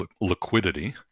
liquidity